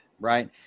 right